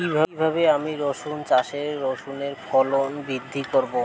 কীভাবে আমি রসুন চাষে রসুনের ফলন বৃদ্ধি করব?